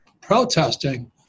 Protesting